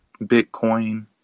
Bitcoin